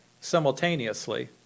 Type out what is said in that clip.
simultaneously